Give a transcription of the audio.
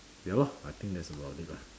ya lor I think that's about it lah